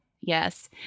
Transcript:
Yes